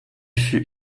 fut